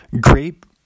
grape